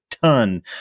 ton